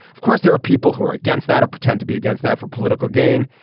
of course there are people who are against that or pretend to be against that for political gain.